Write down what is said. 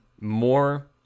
more